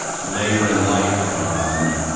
later in life, um,